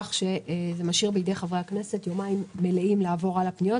כך שזה משאיר בידי חברי הכנסת יומיים מלאים לעבור על הפניות.